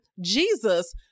Jesus